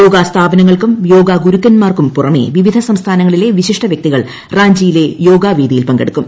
യോഗാസ്ഥാപനങ്ങൾക്കും യോഗാ ഗുരുക്കൾക്കും പുറമേ വിവിധ സംസ്ഥാനങ്ങളിലെ വിശിഷ്ട വ്യക്തികൾ റാഞ്ചിയിലെ യോഗാ വേദിയിൽ പങ്കെടുക്കും